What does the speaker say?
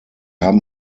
haben